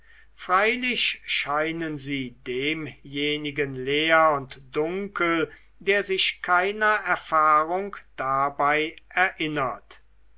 freilich scheinen sie demjenigen leer und dunkel der sich keiner erfahrung dabei erinnert